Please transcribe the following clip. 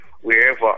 wherever